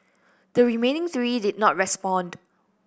the remaining three did not respond